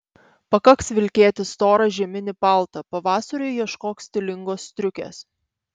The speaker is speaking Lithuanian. pakaks vilkėti storą žieminį paltą pavasariui ieškok stilingos striukės